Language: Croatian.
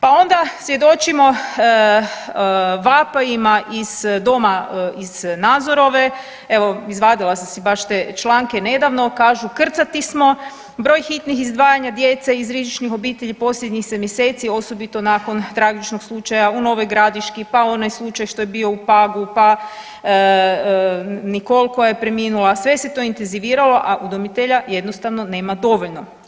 Pa onda svjedočimo vapajima iz Doma iz Nazorove, evo izvadila sam si baš te članke nedavno, kažu krcati smo, broj hitnih izdvajanja djece iz rizičnih obitelji posljednjih se mjeseci osobito nakon tragičnog slučaja u Novoj Gradiški, pa onaj slučaj što je bio u Pagu, pa Nikol koja je preminula sve se to intenziviralo, a udomitelja jednostavno nema dovoljno.